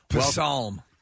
Psalm